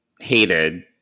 hated